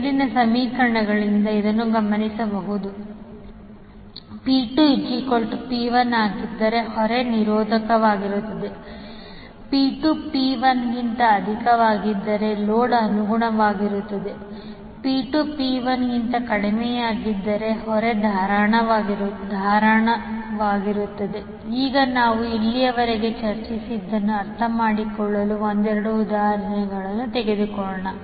ಮೇಲಿನ ಸಮೀಕರಣಗಳಿಂದ ಇದನ್ನು ಗಮನಿಸಬಹುದು If 𝑃2 𝑃1 ಆಗಿದ್ದರೆ ಹೊರೆ ನಿರೋಧಕವಾಗಿರುತ್ತದೆ If 𝑃2 𝑃1 ಆಗಿದ್ದರೆ ಲೋಡ್ ಅನುಗಮನವಾಗಿರುತ್ತದೆ If 𝑃2 𝑃1 ಆಗಿದ್ದರೆ ಹೊರೆ ಧಾರಣವಾಗಿರುತ್ತದೆ ಈಗ ನಾವು ಇಲ್ಲಿಯವರೆಗೆ ಚರ್ಚಿಸಿದ್ದನ್ನು ಅರ್ಥಮಾಡಿಕೊಳ್ಳಲು ಒಂದೆರಡು ಉದಾಹರಣೆಗಳನ್ನು ತೆಗೆದುಕೊಳ್ಳೋಣ